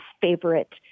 favorite